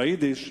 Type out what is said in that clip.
ביידיש,